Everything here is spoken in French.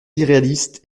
irréaliste